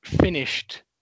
finished